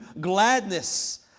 gladness